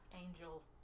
Angel